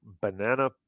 banana